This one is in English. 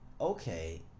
Okay